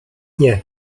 nie